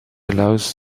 allows